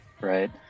Right